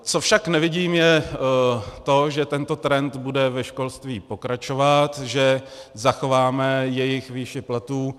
Co však nevidím, je to, že tento trend bude ve školství pokračovat, že zachováme jejich výši platů.